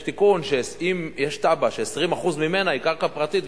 יש תיקון שאם יש תב"ע ש-20% ממנה היא קרקע פרטית,